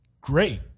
great